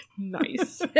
Nice